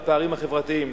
לפערים החברתיים.